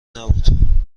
نبود